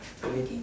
okay